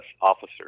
officers